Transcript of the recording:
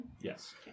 Yes